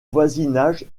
voisinage